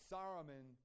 Saruman